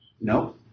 No